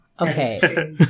Okay